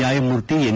ನ್ಯಾಯಮೂರ್ತಿ ಎನ್